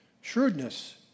Shrewdness